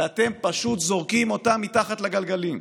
ואתם פשוט זורקים אותם מתחת לגלגלים.